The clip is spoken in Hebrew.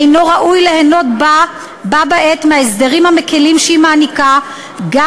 אינו ראוי ליהנות בה-בעת מההסדרים המקלים שהיא מעניקה גם